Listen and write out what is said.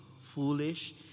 foolish